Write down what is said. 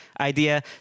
idea